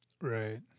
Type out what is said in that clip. Right